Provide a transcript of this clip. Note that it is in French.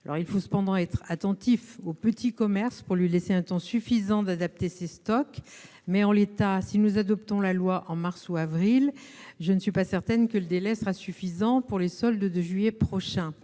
Il faut néanmoins être attentif au petit commerce et lui laisser un temps suffisant pour adapter ses stocks. Si nous adoptons la loi en mars ou en avril, je ne suis pas certaine que le délai sera suffisant pour les soldes de juillet prochain.